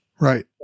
right